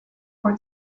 for